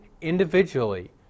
individually